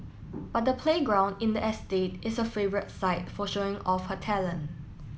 but the playground in the estate is her favourite site for showing off her talent